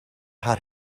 haar